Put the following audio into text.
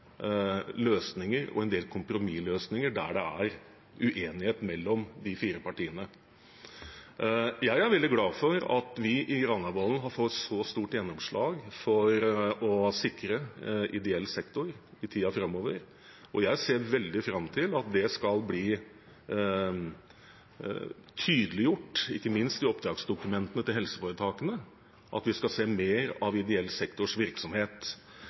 løsninger, og en del kompromissløsninger der det er uenighet mellom de fire partiene. Jeg er veldig glad for at vi i Granavolden har fått så stort gjennomslag for å sikre ideell sektor i tiden framover, og jeg ser veldig fram til at det skal bli tydeliggjort ikke minst i oppdragsdokumentene til helseforetakene at vi skal se mer av ideell sektors virksomhet.